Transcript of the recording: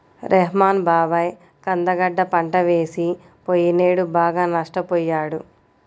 రెహ్మాన్ బాబాయి కంద గడ్డ పంట వేసి పొయ్యినేడు బాగా నష్టపొయ్యాడు